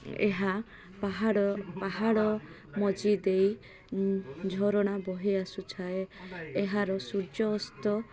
ଏହା ପାହାଡ଼ ପାହାଡ଼ ମଝି ଦେଇ ଝରଣା ବହି ଆସୁଥାଏ ଏହାର ସୂର୍ଯ୍ୟ ଅସ୍ତ